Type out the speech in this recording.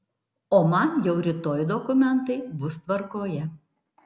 o man jau rytoj dokumentai bus tvarkoje